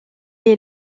est